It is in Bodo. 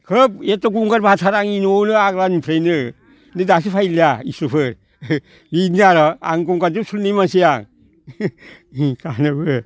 खोब एथ' गंगार बासा आंनि न'आवनो आगोलनिफ्रायनो नै दासो फैलिया इसोरफोर बिदि आरो आं गंगारजों सोलिनाय मानसि आं